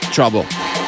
Trouble